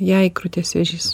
jai krūties vėžys